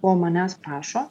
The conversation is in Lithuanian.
ko manęs prašo